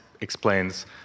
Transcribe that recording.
explains